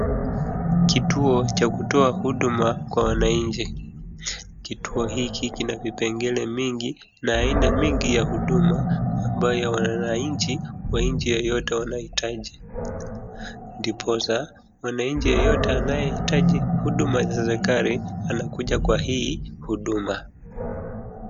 Kituo cha kutoa huduma kwa wananchi, kituo hiki kina vipengele mingi na aina mingi ya huduma ambayo wananchi wa nchi yoyote wanahitaji ndiposa mwanchi yoyote anayehitaji huduma za serikali anakuja kwa hii huduma.